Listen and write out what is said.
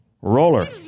roller